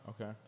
okay